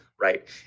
right